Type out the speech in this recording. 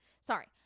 Sorry